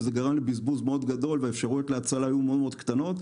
וזה גרם לבזבוז מאוד גדול והאפשרויות להצלה היו מאוד מאוד קטנות.